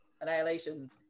Annihilation